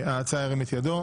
ההצעה, ירים את ידו.